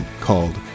called